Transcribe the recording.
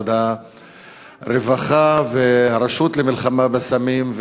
משרד הרווחה והרשות למלחמה בסמים,